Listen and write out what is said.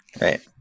Right